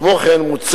כמו כן מוצע,